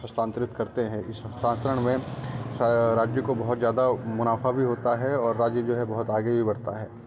हस्तांतरित करते हैं इस हस्तांतरन में राज्य स को बहुत ज़्यादा मुनाफ़ा भी होता है और राज्य जो है बहुत आगे भी बढ़ता है